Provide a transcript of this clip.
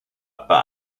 plus